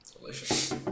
Delicious